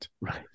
Right